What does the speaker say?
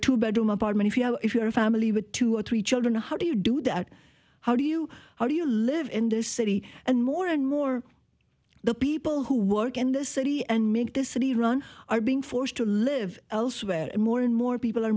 two bedroom apartment if you know if you're a family with two or three children how to do that how do you how do you live in this city and more and more the people who work in the city and make this city run are being forced to live elsewhere more and more people are